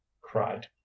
cried